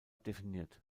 definiert